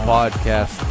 Podcast